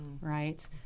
right